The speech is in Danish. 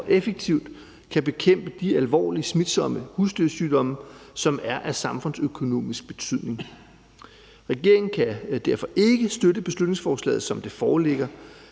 og effektivt kan bekæmpe de alvorligt smitsomme husdyrsygdomme, som er af samfundsøkonomisk betydning. Regeringen kan derfor ikke støtte beslutningsforslaget, som det foreligger.